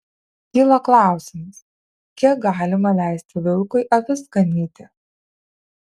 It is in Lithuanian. kyla klausimas kiek galima leisti vilkui avis ganyti